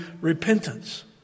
repentance